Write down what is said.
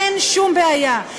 אין שום בעיה.